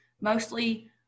mostly